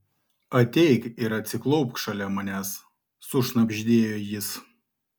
ateik ir atsiklaupk šalia manęs sušnabždėjo jis